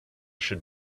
should